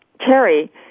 Terry